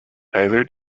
tyler